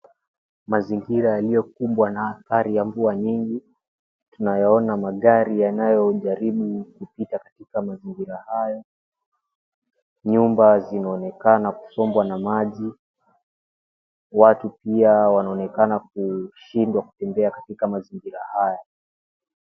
Mazingira yaliyo kumbwa na hali ya mvua nyingi. Tunayaona magari yanayo jaribu kupita katika mazingira haya. Nyumba zinaonekana kusombwa na maji. Watu pia wanaonekana kushindwa kutembea katika mazingira haya.